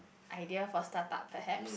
idea for start up perhaps